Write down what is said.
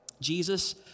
Jesus